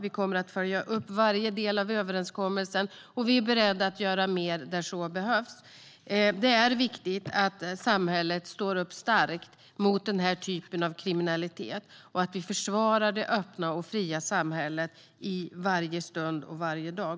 Vi kommer att följa upp varje del av överenskommelsen, och vi är beredda att göra mer där så behövs. Det är viktigt att samhället står upp starkt mot denna typ av kriminalitet och att vi försvarar det öppna och fria samhället i varje stund och varje dag.